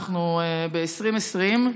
ב-2020,